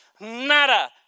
Nada